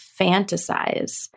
fantasize